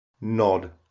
nod